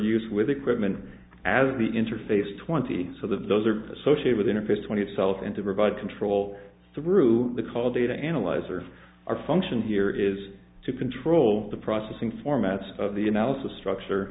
use with equipment as the interface twenty so those are associated with interface twenty itself and to provide control through the call data analyzer our function here is to control the processing formats of the analysis structure